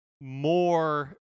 more